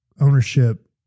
ownership